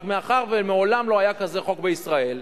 רק מאחר שמעולם לא היה כזה חוק בישראל,